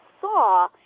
saw